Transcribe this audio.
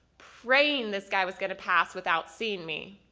praying this guy was going to pass without seeing me